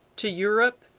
to europe,